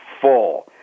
full